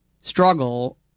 struggle